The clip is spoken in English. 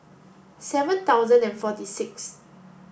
seven thousand and forty six